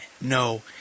no